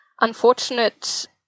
unfortunate